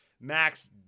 Max—